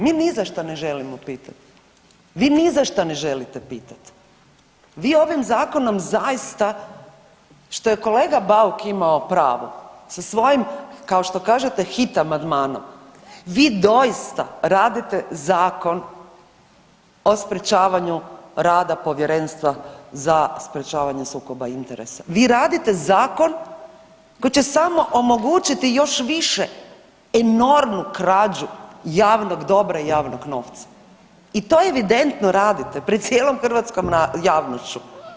Mi ni za što ne želimo pitati, vi niza što ne želite pitati, vi ovim zakonom zaista što je kolega Bauk imao pravo sa svojim kao što kažete hit amandmanom, vi doista radite zakon o sprečavanju rada Povjerenstva za sprječavanje sukoba interesa, vi radite zakon koji će samo omogućiti još više enormnu krađu javnog dobra i javnog novca i to evidentno radite pred cijelom hrvatskom javnošću.